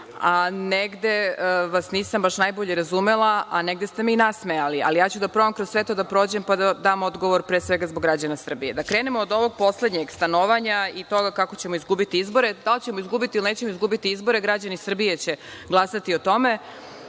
negde vas nisam baš najbolje razumela, a negde ste me i nasmejali. Ja ću da probam kroz sve to da prođem, pa da dam odgovor, pre svega zbog građana Srbije. Da krenemo od ovog poslednjeg – stanovanja i toga kako ćemo izgubiti izbore. Da li ćemo izgubiti ili nećemo izgubiti izbore, građani Srbije će glasati o tome.